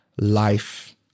life